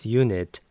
unit